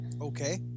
Okay